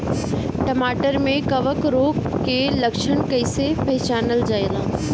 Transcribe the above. टमाटर मे कवक रोग के लक्षण कइसे पहचानल जाला?